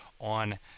on